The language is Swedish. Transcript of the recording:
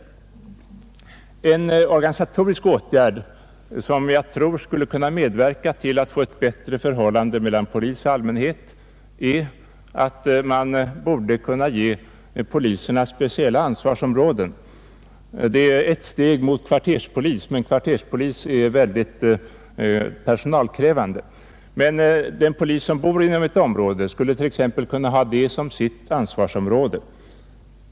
En organisatorisk åtgärd som enligt min mening borde kunna medverka till ett bättre förhållande mellan polis och allmänhet är att man ger poliserna speciella ansvarsområden. Detta är ett steg i riktning mot kvarterspolis, men kvarterspolis är mycket personalkrävande. En polisman som bor inom ett område skulle t.ex. kunna ha det som sitt ansvarsområde.